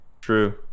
True